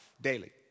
daily